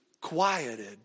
quieted